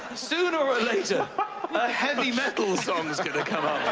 sooner or later, a heavy metal song's going to come up.